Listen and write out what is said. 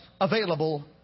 available